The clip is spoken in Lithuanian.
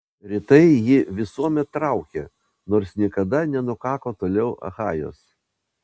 rytai jį visuomet traukė nors niekada nenukako toliau achajos